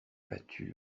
battu